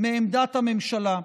מעמדת הממשלה,